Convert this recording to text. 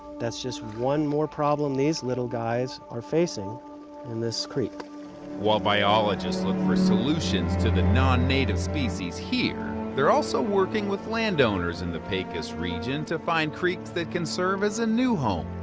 that's just one more problem these little guys are facing in this creek. narrator while biologists look for solutions to the non-native species here, they're also working with landowners in the pecos region to find creeks that can serve as a new home.